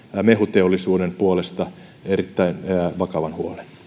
mehuteollisuuden puolesta erittäin vakavan